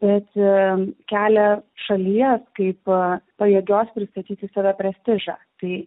bet kelia šalies kaip pajėgios pristatyti save prestižą bei